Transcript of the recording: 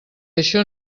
això